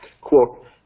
Quote